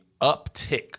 uptick